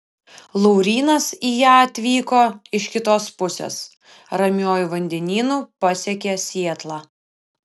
laurynas į ją atvyko iš kitos pusės ramiuoju vandenynu pasiekė sietlą